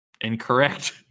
Incorrect